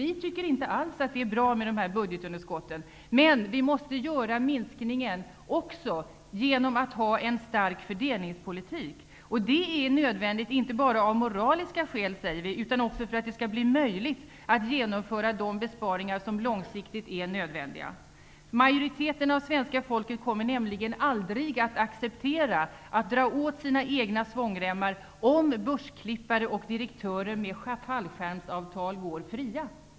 Vi tycker inte alls att det är bra med dessa budgetunderskott, men vi måste göra minskningen genom att också ha en stark fördelningspolitik. Det är nödvändigt inte bara av moraliska skäl, utan också för att det skall bli möjligt att genomföra de besparingar som långsiktigt är nödvändiga. Majoriteten av svenska folket kommer nämligen aldrig att acceptera att dra åt sina egna svångremmar om börsklippare och direktörer med fallskärmsavtal går fria.